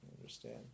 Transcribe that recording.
understand